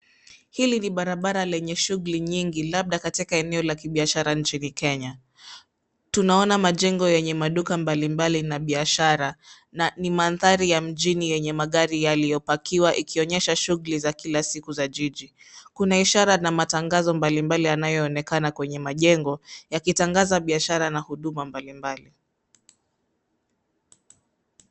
Hili ni barabara lenye shughuli nyingi, labda katika eneo la kibiashara nchini Kenya. Tunaona majengo yenye maduka mbalimbali na biashara na ni mandhari ya mjini yenye magari yaliyopakiwa ikionyesha shughuli za kila siku za jiji. Kuna ishara na matangazo mbalimbali yanayoonekana kwenye majengo yakitangaza biashara na huduma mbalimbali.